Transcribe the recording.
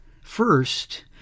First